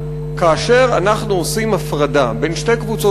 כאשר אנחנו עושים הפרדה בין שתי קבוצות